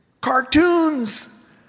cartoons